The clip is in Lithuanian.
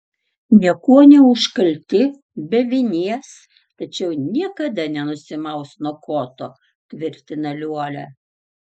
niekuo neužkalti be vinies tačiau niekada nenusimaus nuo koto tvirtina liuolia